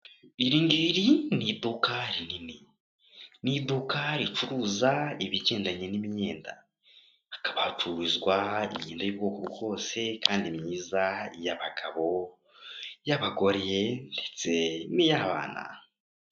Iringiri ni iduka rinini. Ni iduka ricuruza ibigendanye n'imyenda. Hakaba hacururizwa imyenda y'ubwoko bwose kandi myiza, y'abagabo, y'abagore ndetse n'iy'abana.